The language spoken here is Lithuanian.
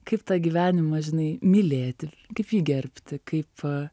kaip tą gyvenimą žinai mylėti kaip jį gerbti kaip